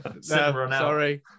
Sorry